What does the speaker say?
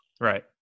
right